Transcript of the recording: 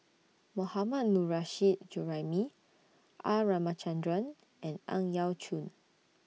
Mohammad Nurrasyid Juraimi R Ramachandran and Ang Yau Choon